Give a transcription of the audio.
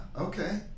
Okay